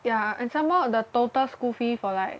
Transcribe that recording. yeah and some more the total school fee for like